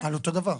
על אותו דבר.